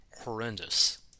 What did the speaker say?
horrendous